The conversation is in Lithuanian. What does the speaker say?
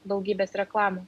daugybės reklamų